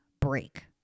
break